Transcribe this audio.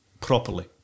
properly